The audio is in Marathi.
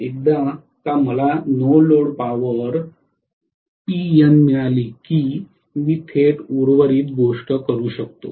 एकदा का मला नो लोड पॉवर Pn मिळाली की मी थेट उर्वरित गोष्टी करू शकतो